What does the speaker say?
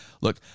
Look